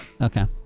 Okay